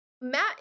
Matt